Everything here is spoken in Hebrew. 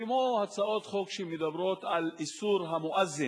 כמו הצעות חוק שמדברות על איסור המואזן,